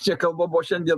čia kalba buvo šiandien